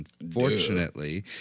unfortunately